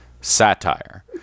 satire